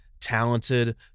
talented